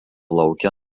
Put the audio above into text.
lauke